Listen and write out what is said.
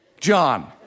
John